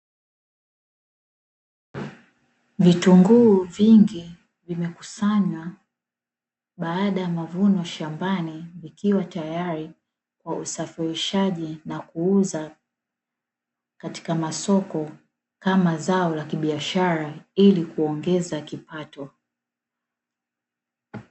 Vitunguu vingi vimekusanywa baada ya mavuno shambani, vikiwa tayari kwa usafirishwaji na kuuzwa katika soko la mazao la kibiashara ili kuongeza kipato.